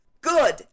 Good